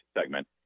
segment